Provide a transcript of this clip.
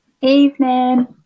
Evening